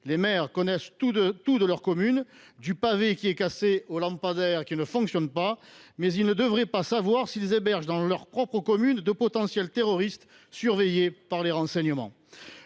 Les maires connaissent tout de leur commune, du pavé qui est cassé au lampadaire qui ne fonctionne pas, mais ils ne devraient pas savoir s’ils hébergent dans leur propre commune de potentiels terroristes surveillés par les renseignements